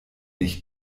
nicht